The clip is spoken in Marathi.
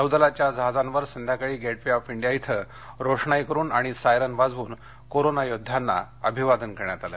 नौदलाच्या जहाजांवर संध्याकाळी गेट वे ऑफ इंडिया इथे रोषणाई करुन आणि सायरन वाजवून कोरोना योदध्यांना अभिवादन करण्यात आलं